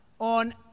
on